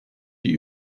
die